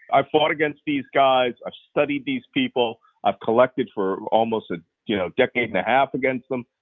i fought against these guys. i studied these people. i've collected for almost a you know decade and a half against them.